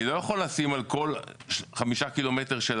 אני לא יכול לשים על כל חמישה ק"מ של